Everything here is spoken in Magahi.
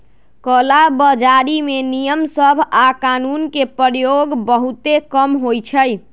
कला बजारी में नियम सभ आऽ कानून के प्रयोग बहुते कम होइ छइ